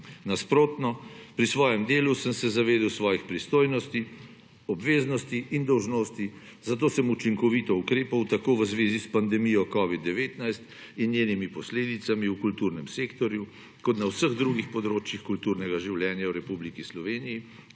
Nasprotno! Pri svojem delu sem se zavedal svojih pristojnosti, obveznosti in dolžnosti, zato sem učinkovito ukrepal tako v zvezi s pandemijo covid-19 in njenimi posledicami v kulturnem sektorju kot na vseh drugih področjih kulturnega življenja v Republiki Sloveniji,